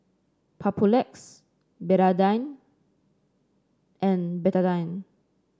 Papulex Betadine and Betadine